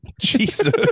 Jesus